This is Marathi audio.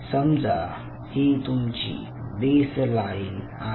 समजा ही तुमची बेसलाईन आहे